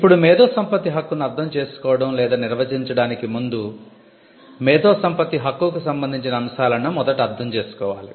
ఇప్పుడు మేధో సంపత్తి హక్కును అర్థం చేసుకోవడం లేదా నిర్వచించడానికి ముందు మేధో సంపత్తి హక్కుకు సంబందించిన అంశాలను మొదట అర్థం చేసుకోవాలి